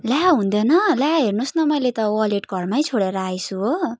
ल्या हुँदैन ल्या हेर्नु होस् न मैले त वालेट घरमै छोडेर आएछु हो